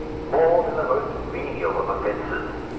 more than the most venial of offences.